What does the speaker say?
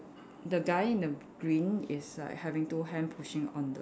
the guy in the green is like having two hand pushing on the